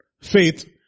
Faith